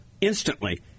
instantly